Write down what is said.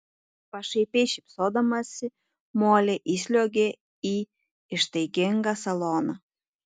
pašaipiai šypsodamasi molė įsliuogė į ištaigingą saloną